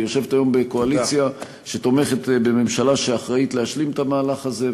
יושבת היום בקואליציה שתומכת בממשלה שאחראית להשלים את המהלך הזה,